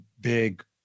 big